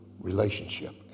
relationship